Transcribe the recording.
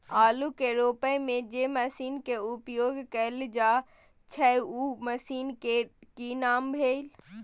आलू के रोपय में जे मसीन के उपयोग कैल जाय छै उ मसीन के की नाम भेल?